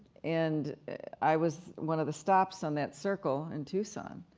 and i was one of the stops on that circle in tucson.